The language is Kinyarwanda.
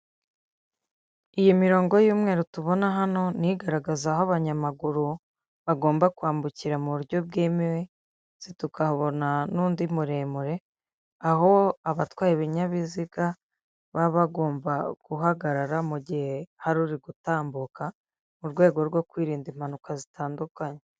Iyi mirongo y'umweru tubona hano ni igaragaza aho abanyamaguru bagomba kwambukira mu buryo bwemewe, ndetse tukabona n'undi muremure, aho abatwaye ibinyabiziga baba bagomba guhagarara mu gihe hari uri gutambuka, mu rwego rwo kwirinda impanuka zitandukanye.